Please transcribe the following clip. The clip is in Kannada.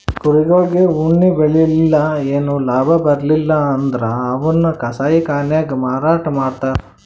ಕುರಿಗೊಳಿಗ್ ಉಣ್ಣಿ ಬೆಳಿಲಿಲ್ಲ್ ಏನು ಲಾಭ ಬರ್ಲಿಲ್ಲ್ ಅಂದ್ರ ಅವನ್ನ್ ಕಸಾಯಿಖಾನೆಗ್ ಮಾರಾಟ್ ಮಾಡ್ತರ್